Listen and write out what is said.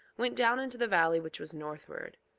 went down into the valley which was northward,